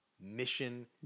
mission